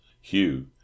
Hugh